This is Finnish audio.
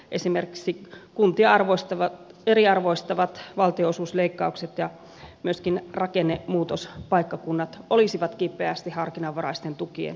esimerkiksi kuntia eriarvoistavat valtionosuusleikkaukset ja myöskin rakennemuutospaikkakunnat olisivat kipeästi harkinnanvaraisten tukien tarpeessa